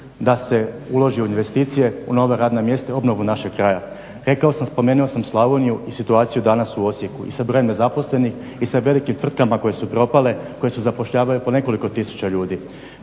da se uloži u investicije, u nova radna mjesta i obnovu našeg kraja. Rekao sam, spomenuo sam Slavoniju i situaciju danas u Osijeku i sa brojem nezaposlenim i sa velikim tvrtkama koje su propale, koje su zapošljavale po nekoliko tisuća ljudi.